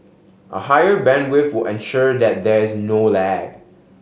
a higher bandwidth will ensure that there is no lag